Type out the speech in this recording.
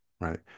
right